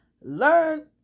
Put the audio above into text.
Learn